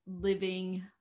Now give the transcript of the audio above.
living